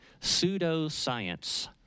pseudoscience